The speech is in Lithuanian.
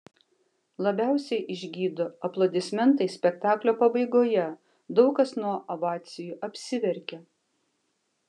labiausiai išgydo aplodismentai spektaklio pabaigoje daug kas nuo ovacijų apsiverkia